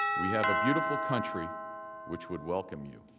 we have a beautiful country which would welcome you.